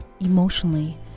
emotionally